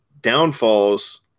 downfalls